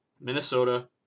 Minnesota